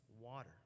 water